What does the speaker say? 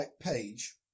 page